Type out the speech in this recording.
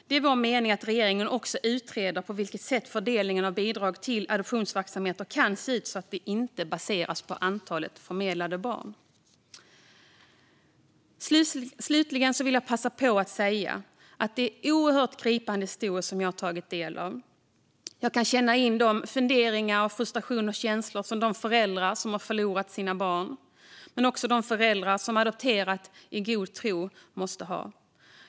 Det är vår mening att regeringen också ska utreda hur fördelningen av bidrag till adoptionsverksamheter kan se ut så att de inte baseras på antal förmedlade barn. Slutligen vill jag passa på att säga att det är oerhört gripande historier som jag har tagit del av. Jag kan känna in de funderingar och känslor liksom den frustration som de föräldrar som har förlorat sina barn, men också de föräldrar som har adopterat i god tro, måste ha.